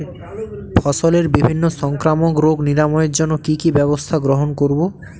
ফসলের বিভিন্ন সংক্রামক রোগ নিরাময়ের জন্য কি কি ব্যবস্থা গ্রহণ করব?